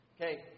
Okay